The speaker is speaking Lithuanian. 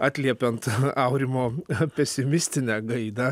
atliepiant aurimo pesimistinę gaidą